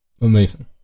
Amazing